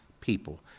People